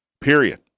period